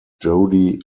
jody